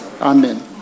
Amen